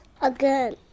Again